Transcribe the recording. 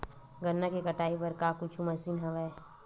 गन्ना के कटाई बर का कुछु मशीन हवय?